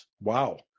Wow